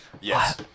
Yes